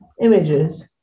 images